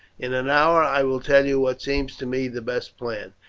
in an hour i will tell you what seems to me the best plan.